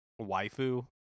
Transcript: waifu